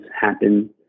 happen